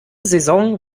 saison